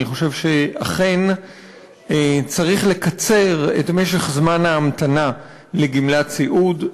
אני חושב שאכן צריך לקצר את משך ההמתנה לגמלת סיעוד.